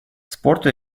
спорту